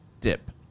dip